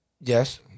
yes